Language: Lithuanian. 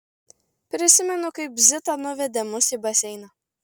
prisimenu kaip zita nuvedė mus į baseiną